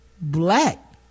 black